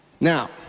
now